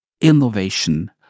innovation